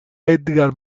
edgar